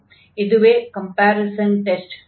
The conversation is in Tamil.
இதுவே கம்பேரிஸன் டெஸ்ட் 2 ஆகும்